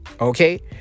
Okay